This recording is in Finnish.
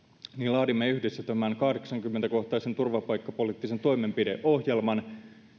laadimme yhdessä kahdeksankymmentä kohtaisen turvapaikkapoliittisen toimenpideohjelman